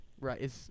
right